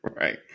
Right